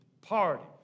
party